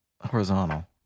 Horizontal